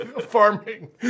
Farming